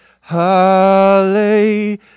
Hallelujah